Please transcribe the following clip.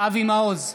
אבי מעוז,